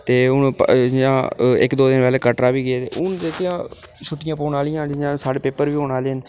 ते हून प जि'यां इक दो दिन पैह्लें कटरा बी गेदे हे हून जेह्कियां छुट्टिया पौन आह्लियां न जि'यां साढ़े पेपर बी होने आह्ले न